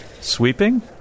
Sweeping